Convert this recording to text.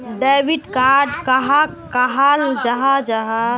Debit card कहाक कहाल जाहा जाहा?